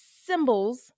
symbols